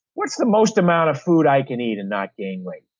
what's the most amount of food i can eat and not gain weight?